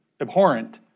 abhorrent